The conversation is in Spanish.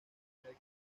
primer